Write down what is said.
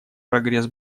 прогресс